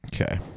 okay